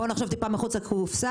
בואו נחשוב טיפה מחוץ לקופסה.